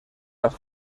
las